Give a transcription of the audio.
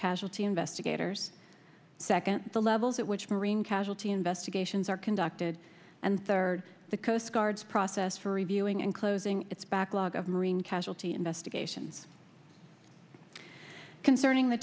casualty investigators second the levels at which marine casualty investigations are conducted and third the coastguards process for reviewing and closing its backlog of marine casualty investigations concerning the